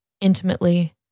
intimately